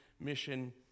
mission